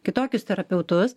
kitokius terapeutus